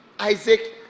Isaac